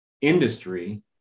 industry